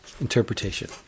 interpretation